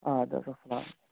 آ اَدٕ حظ اَسلام